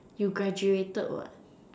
you graduated what